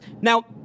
Now